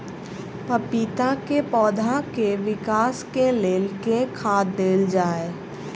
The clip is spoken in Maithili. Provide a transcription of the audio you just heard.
पपीता केँ पौधा केँ विकास केँ लेल केँ खाद देल जाए?